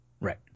Right